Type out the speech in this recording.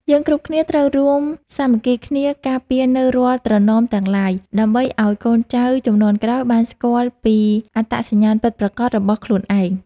យើងគ្រប់គ្នាត្រូវរួមសាមគ្គីគ្នាការពារនូវរាល់ត្រណមទាំងឡាយ ដើម្បី ឱ្យកូនចៅជំនាន់ក្រោយបានស្គាល់ពីអត្តសញ្ញាណពិតប្រាកដរបស់ខ្លួនឯង។